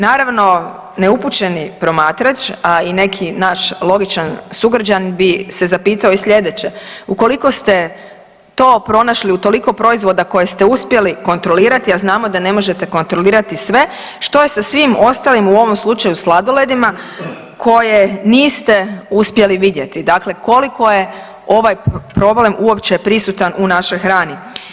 Naravno neupućeni promatrač a i neki naš logičan sugrađan bi se zapitao i slijedeće, ukoliko ste to pronašli u toliko proizvoda koje ste uspjeli kontrolirati a znamo da ne možete kontrolirati sve, što je sa svim ostalim u ovom slučaju sladoledima koje niste uspjeli vidjeti, dakle, koliko je ovaj problem uopće prisutan u našoj hrani.